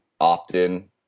opt-in